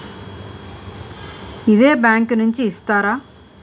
ఇదే బ్యాంక్ నుంచి చేస్తారా?